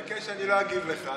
היושב-ראש ביקש שאני לא אגיב לך.